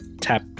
tap